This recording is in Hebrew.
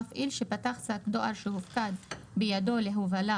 מפעיל שפתח שק דואר שהופקד בידו להובלה